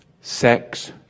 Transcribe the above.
Sex